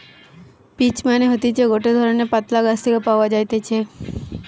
peach মানে হতিছে গটে ধরণের পাতলা গাছ থেকে পাওয়া যাইতেছে